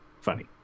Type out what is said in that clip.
funny